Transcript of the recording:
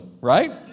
right